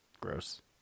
Gross